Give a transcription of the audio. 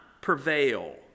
prevail